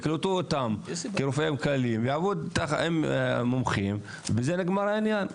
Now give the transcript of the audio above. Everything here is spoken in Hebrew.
יקלטו אותם כרופאים כלליים והם יעבדו עם המומחים ובזה נגמר העניין.